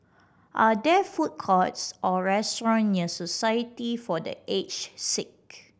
are there food courts or restaurants near Society for The Aged Sick